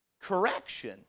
correction